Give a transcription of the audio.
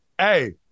hey